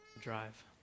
drive